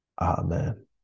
Amen